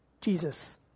Jesus